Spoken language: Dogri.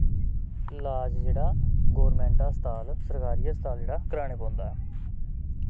लाज जेह्ड़ा गोरमैंट हस्पताल सरकारी हस्पताल जेह्ड़ा कराने पौंदा